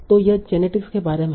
तो यह जेनेटिक्स के बारे में है